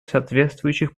соответствующих